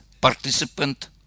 participant